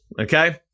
okay